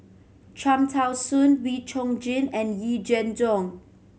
Cham Tao Soon Wee Chong Jin and Yee Jenn